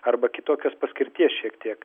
arba kitokios paskirties šiek tiek